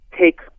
take